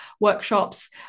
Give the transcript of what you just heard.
workshops